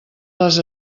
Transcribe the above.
les